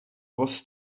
was